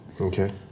Okay